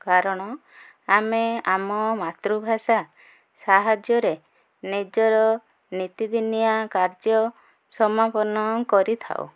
କାରଣ ଆମେ ଆମ ମାତୃଭାଷା ସାହାଯ୍ୟରେ ନିଜର ନୀତିଦିନିଆ କାର୍ଯ୍ୟ ସମାପନ କରିଥାଉ